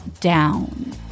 down